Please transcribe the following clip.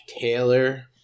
Taylor